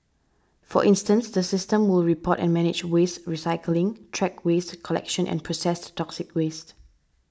for instance the system will report and manage waste recycling track waste collection and processed toxic waste